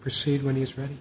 proceed when he is right